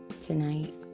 tonight